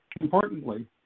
Importantly